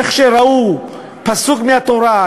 איך שראו פסוק מהתורה,